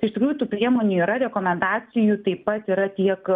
iš tikrųjų tų priemonių yra rekomendacijų taip pat yra tiek